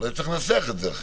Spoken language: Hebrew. אולי צריך לנסח את זה אחרת.